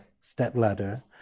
stepladder